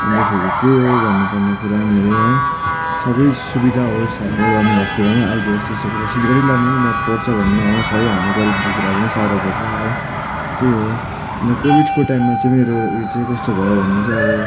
अन्तखेरि त्यही हो भन्नुपर्ने कुरा मेरो है सबै सुविधा होस् हाम्रो गभर्मेन्ट हस्पिटलमा आइदियोस् त्यस्तो कुरा सिलगडी लानै न पर्छ भन्ने नहोस् है हाम्रो गरिबदुःखीलाई पनि साह्रो पर्छ है त्यही हो अन्त कोविडको टाइममा चाहिँ मेरो उयो चाहिँ कस्तो भयो भने चाहिँ अब